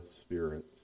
spirit